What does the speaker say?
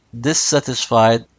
dissatisfied